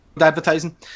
advertising